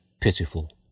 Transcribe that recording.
pitiful